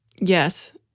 Yes